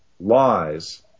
lies